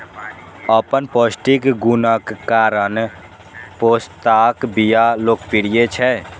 अपन पौष्टिक गुणक कारण पोस्ताक बिया लोकप्रिय छै